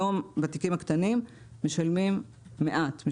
היום בתיקים הקטנים משלמים מעט,